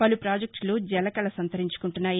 పలు పాజెక్లులు జలకళ సంతరించుకుంటున్నాయి